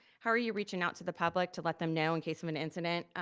how are you reaching out to the public to let them know in case of an incident,